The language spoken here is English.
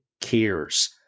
cares